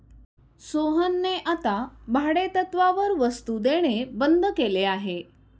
सोहनने आता भाडेतत्त्वावर वस्तु देणे बंद केले आहे